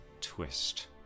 twist